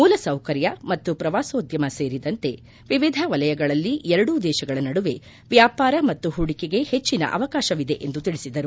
ಮೂಲಸೌಕರ್ಯ ಮತ್ತು ಪ್ರವಾಸೋದ್ಯಮ ಸೇರಿದಂತೆ ವಿವಿಧ ವಲಯಗಳಲ್ಲಿ ಎರಡೂ ದೇಶಗಳ ನಡುವೆ ವ್ಯಾಪಾರ ಮತ್ತು ಹೂಡಿಕೆಗೆ ಹೆಚ್ಚಿನ ಅವಕಾಶವಿದೆ ಎಂದು ತಿಳಿಸಿದರು